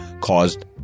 caused